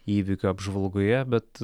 įvykių apžvalgoje bet